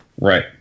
Right